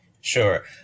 Sure